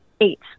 eight